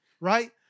right